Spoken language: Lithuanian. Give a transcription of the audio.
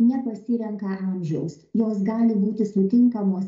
nepasirenka amžiaus jos gali būti sutinkamos